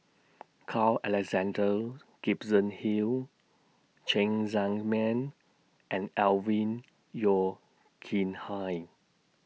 Carl Alexander Gibson Hill Cheng Tsang Man and Alvin Yeo Khirn Hai